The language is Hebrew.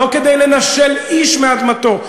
לא כדי לנשל איש מאדמתו,